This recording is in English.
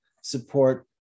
support